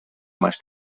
más